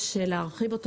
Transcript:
יש להרחיב אותו.